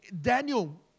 Daniel